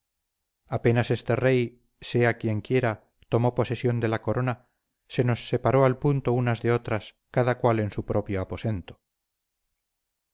apenas este rey sea quien quiera tomó posesión de la corona se nos separó al punto unas de otras cada cual en su propio aposento